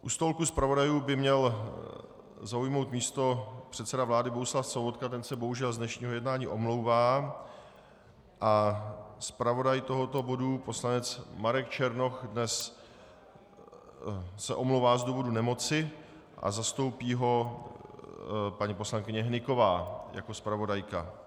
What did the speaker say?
U stolku zpravodajů by měl zaujmout místo předseda vlády Bohuslav Sobotka, ten se bohužel z dnešního jednání omlouvá, a zpravodaj tohoto bodu poslanec Marek Černoch se dnes omlouvá z důvodu nemoci a zastoupí ho paní poslankyně Hnyková jako zpravodajka.